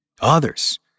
Others